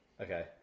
Okay